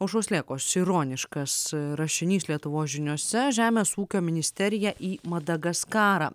aušros lėkos ironiškas rašinys lietuvos žiniose žemės ūkio ministeriją į madagaskarą